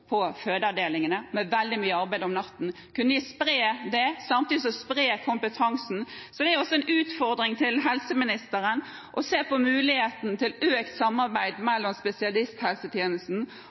på fødeavdelingene, med veldig mye arbeid om natten. Kunne vi spre det, sprer en samtidig kompetansen. Det er også en utfordring til helseministeren å se på muligheten til økt samarbeid mellom spesialisthelsetjenesten